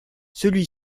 celui